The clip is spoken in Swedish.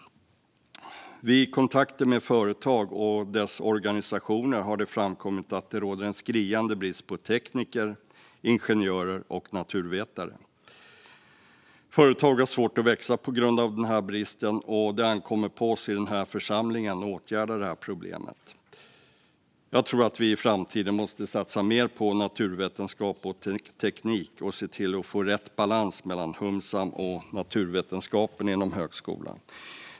Vid kontakter med företag och deras organisationer har det framkommit att det råder en skriande brist på tekniker, ingenjörer och naturvetare. Företag har svårt att växa på grund av denna brist, och det ankommer på oss i denna församling att åtgärda detta problem. Jag tror att vi i framtiden måste satsa mer på naturvetenskap och teknik och se till att få rätt balans mellan å ena sidan de humanistiska och samhällsvetenskapliga ämnena och å andra sidan de naturvetenskapliga ämnena inom högskolan.